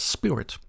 Spirit